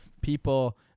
people